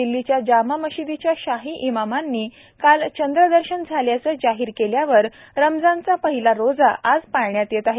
दिल्लीच्या जामा मशिदीच्या शाही इमामांनी काल चंद्रदर्शन झाल्याचं जाहीर केल्यावर रमजानचा पहिला रोजा आज पाळण्यात येत आहे